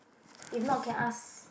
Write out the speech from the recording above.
if not can ask